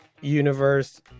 universe